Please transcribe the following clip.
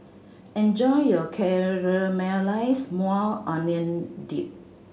enjoy your Caramelized Maui Onion Dip